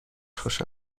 خوشم